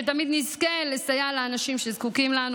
שתמיד נזכה לסייע לאנשים שזקוקים לנו.